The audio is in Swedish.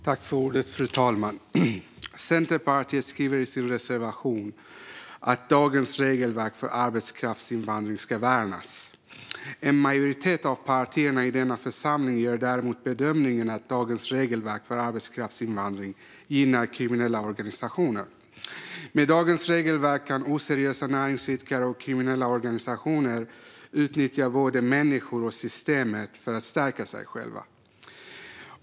Fru talman! Centerpartiet skriver i sin reservation att dagens regelverk för arbetskraftsinvandring ska värnas. En majoritet av partierna i denna församling gör däremot bedömningen att dagens regelverk för arbetskraftsinvandring gynnar kriminella organisationer. Med dagens regelverk kan oseriösa näringsidkare och kriminella organisationer utnyttja både människor och system för att stärka sig själva.